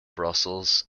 brussels